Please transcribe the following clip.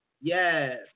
Yes